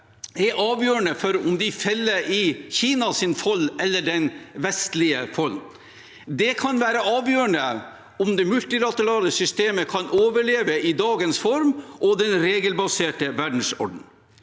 er avgjørende for om de faller i Kinas fold eller den vestlige fold. Det kan være avgjørende for om det multilaterale systemet kan overleve i dagens form og den regelbaserte verdensorden.